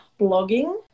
blogging